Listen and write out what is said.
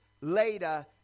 later